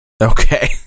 Okay